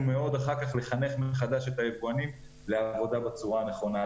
מאוד אחר כך לחנך מחדש את היבואנים לעבודה בצורה נכונה.